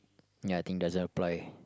ya I think it doesn't apply